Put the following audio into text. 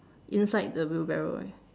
inside the wheelbarrow right